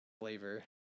flavor